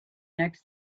next